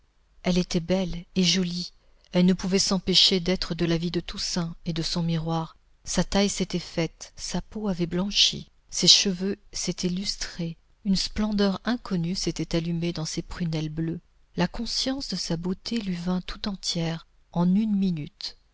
elle était belle et jolie elle ne pouvait s'empêcher d'être de l'avis de toussaint et de son miroir sa taille s'était faite sa peau avait blanchi ses cheveux s'étaient lustrés une splendeur inconnue s'était allumée dans ses prunelles bleues la conscience de sa beauté lui vint tout entière en une minute